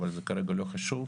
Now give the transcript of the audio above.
כרגע זה לא חשוב.